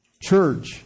church